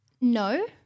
no